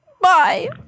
Bye